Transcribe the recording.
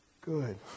good